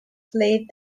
played